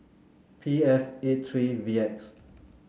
P F eight three V X